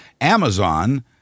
Amazon